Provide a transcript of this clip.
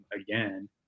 again